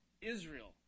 Israel